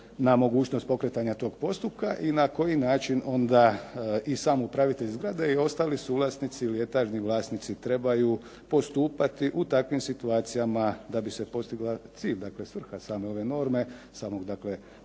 na mogućnost pokretanja tog postupka i na koji način onda i sam upravitelj zgrade i ostali suvlasnici ili etažni vlasnici trebaju postupati u takvim situacijama da bi se postigao cilj, dakle svrha same ove norme, samog dakle